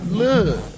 look